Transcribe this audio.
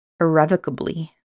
irrevocably